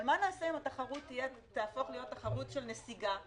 אבל מה נעשה אם התחרות תהפוך להיות תחרות של נסיגה,